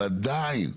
אבל עדיין,